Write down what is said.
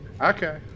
Okay